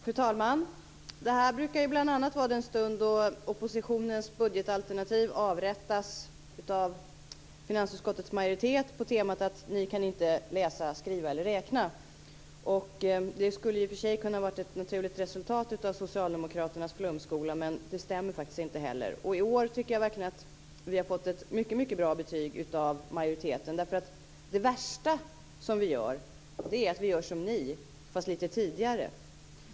Fru talman! Det här brukar bl.a. vara den stund då oppositionens budgetalternativ avrättas av finansutskottets majoritet på temat: Ni kan inte läsa, skriva eller räkna. Det skulle i och för sig kunna vara ett naturligt resultat av socialdemokraternas flumskola, men det stämmer faktiskt inte. I år tycker jag verkligen att vi har fått ett mycket bra betyg av majoriteten. Det värsta vi gör är att vi gör som ni, fast lite tidigare.